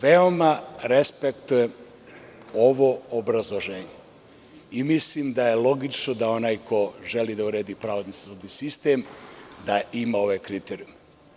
Veoma respektujem ovo obrazloženje i mislim da je logično da onaj ko uredi pravosudni sistem da ima ove kriterijume.